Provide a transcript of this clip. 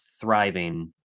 thriving